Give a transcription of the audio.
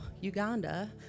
Uganda